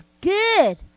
good